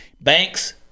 Banks